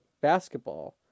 basketball